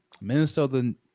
Minnesota